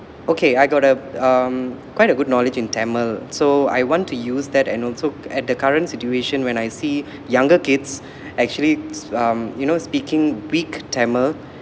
okay I got a um quite a good knowledge in tamil so I want to use that and also at the current situation when I see younger kids actually um you know speaking weak tamil